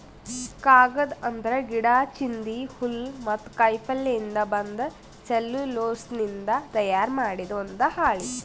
ಕಾಗದ್ ಅಂದ್ರ ಗಿಡಾ, ಚಿಂದಿ, ಹುಲ್ಲ್ ಮತ್ತ್ ಕಾಯಿಪಲ್ಯಯಿಂದ್ ಬಂದ್ ಸೆಲ್ಯುಲೋಸ್ನಿಂದ್ ತಯಾರ್ ಮಾಡಿದ್ ಒಂದ್ ಹಾಳಿ